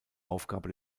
aufgabe